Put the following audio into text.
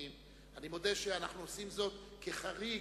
אני מודה שאנחנו עושים זאת כחריג.